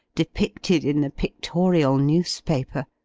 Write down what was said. depicted in the pictorial newspaper.